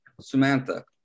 Samantha